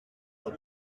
ses